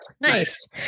Nice